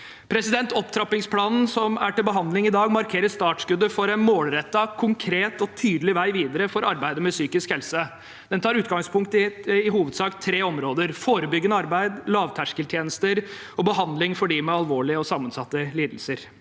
behandling. Opptrappingsplanen som er til behandling i dag, markerer startskuddet for en målrettet, konkret og tydelig vei videre for arbeidet med psykisk helse. Den tar i hovedsak utgangspunkt i tre områder: forebyggende arbeid, lavterskeltjenester og behandling for dem med alvorlige og sammensatte lidelser.